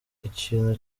ikintu